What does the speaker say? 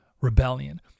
rebellion